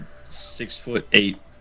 six-foot-eight